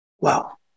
Wow